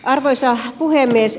arvoisa puhemies